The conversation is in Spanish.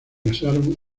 casaron